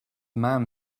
man